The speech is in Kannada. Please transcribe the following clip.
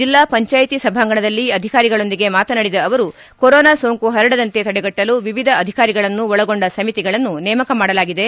ಜಿಲ್ಲಾ ಪಂಚಾಯಿತಿ ಸಭಾಂಗಣದಲ್ಲಿ ಅಧಿಕಾರಿಗಳೊಂದಿಗೆ ಮಾತನಾಡಿದ ಅವರು ಕೊರೊನಾ ಸೋಂಕು ಪರಡದಂತೆ ತಡೆಗಟ್ಟಲು ವಿವಿಧ ಅಧಿಕಾರಿಗಳನ್ನು ಒಳಗೊಂಡ ಸಮಿತಿಗಳನ್ನು ನೇಮಕ ಮಾಡಲಾಗಿದೆ